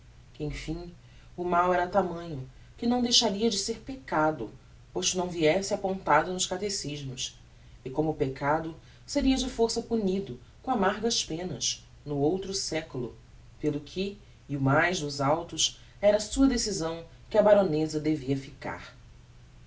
emfim o mal era tamanho que não deixaria de ser peccado posto não viesse apontado nos cathecismos e como peccado seria de força punido com amargas penas no outro seculo pelo que e o mais dos autos era sua decisão que a baroneza devia ficar